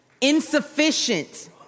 insufficient